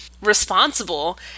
responsible